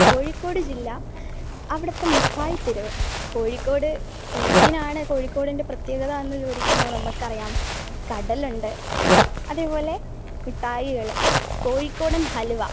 കോഴിക്കോട് ജില്ല അവിടുത്തെ മിഠായിത്തെരുവ് കോഴിക്കോട് എന്തിനാണ് കോഴിക്കോടിൻ്റെ പ്രത്യേക എന്ന് ചോദിക്കുമ്പോൾ നമുക്കറിയാം കടലുണ്ട് അതുപോലെ മിഠായികൾ കോഴിക്കോടൻ ഹൽവ